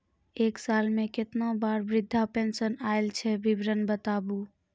एक साल मे केतना बार वृद्धा पेंशन आयल छै विवरन बताबू?